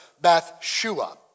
Bathsheba